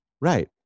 Right